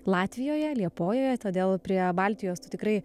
latvijoje liepojoje todėl prie baltijos tu tikrai